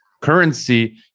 currency